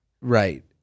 Right